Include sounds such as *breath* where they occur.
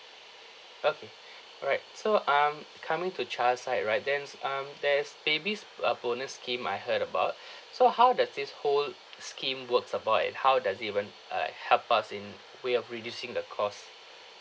okay alright so um coming to child's side right there's um there is baby's uh bonus scheme I heard about *breath* so how does this whole scheme works about and how does it even uh help us in way of reducing the cost